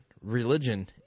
religion